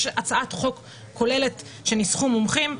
יש הצעת חוק כוללת שניסחו מומחים,